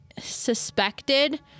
Suspected